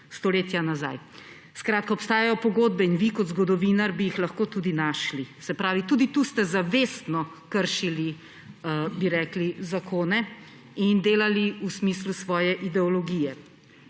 stoletja nazaj. Skratka, obstajajo pogodbe in vi kot zgodovinar bi jih lahko tudi našli. Se pravi, tudi tu ste zavestno kršili, bi rekli, zakone in delali v smislu svoje ideologije.